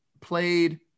played